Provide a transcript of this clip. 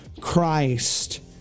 Christ